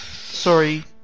sorry